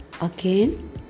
Again